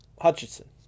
Hutchinson